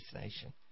nation